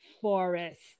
Forest